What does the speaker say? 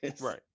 Right